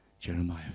Jeremiah